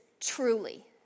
Truly